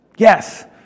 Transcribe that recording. Yes